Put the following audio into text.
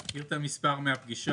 אני מכיר את המספר מהפגישה.